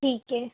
ठीक है